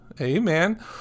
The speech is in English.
Amen